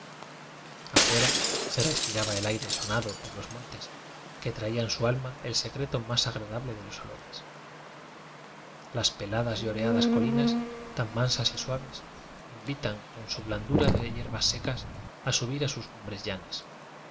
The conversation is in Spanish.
se respiraba el aire sonado por los montes que traía en su alma el secreto más agradable de los olores las peladas y oreadas colinas tan man sas y suaves invitan con su blandura de hierbas secas a subir a sus cumbres llanas